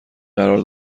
قرار